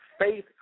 Faith